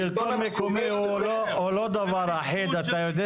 השלטון המקומי הוא לא דבר אחיד, אתה יודע.